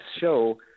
show